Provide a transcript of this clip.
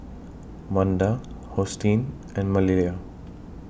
Manda Hosteen and Maleah